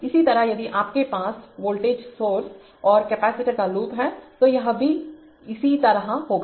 इसी तरह यदि आपके पास वोल्टेज स्रोत और कैपेसिटर का लूप है तो वह भी इसी तरह होगा